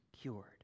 cured